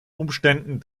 umständen